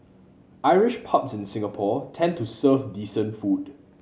Irish pubs in Singapore tend to serve decent food